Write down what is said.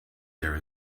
there